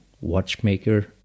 watchmaker